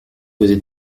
causer